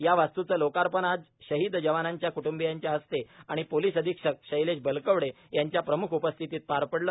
या वास्तूचे लोकार्पण आज शहीद जवानांच्या क्ट्बीयांच्या हस्ते आणि पोलिस अधीक्षक शैलेश बलकवडे यांच्या प्रम्ख उपस्थितीत पार पडले